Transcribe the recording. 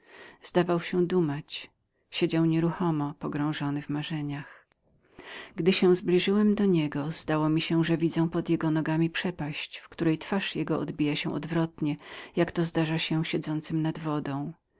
zdawał się dumać siedział nawet jak nieruchomy pogrążony w marzeniach zbliżywszy się do niego zdało mi się że widzę pod jego nogami przepaść w której twarz jego odbijała się przewrotnie jako zdarza się siędzącym nad wodą